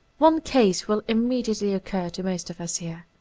one case will immediately occur to most of us here.